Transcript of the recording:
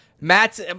Matt's